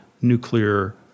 nuclear